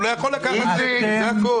הוא לא יכול לקחת את זה מהם, זה הכול.